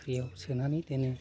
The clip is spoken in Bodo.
बाख्रिआव सोनानै दोनो